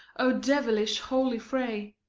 o devilish-holy fray!